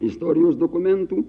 istorijos dokumentų